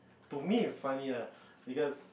to me its funny lah because